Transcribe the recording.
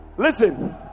Listen